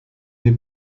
dem